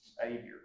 Savior